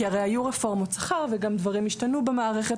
כי הרי היו רפורמות שכר וגם דברים השתנו במערכת